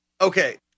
Okay